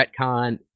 retcon